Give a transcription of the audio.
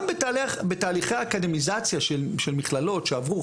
גם בתהליכי אקדמניזציה של מכללות שעברו,